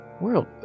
world